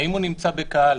האם הוא נמצא בקהל?